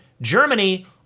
germany